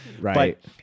right